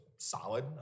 solid